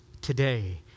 today